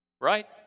Right